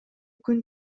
күн